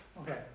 Okay